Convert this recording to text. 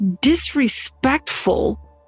disrespectful